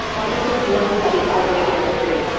why does this one study outweigh the other three?